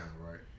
right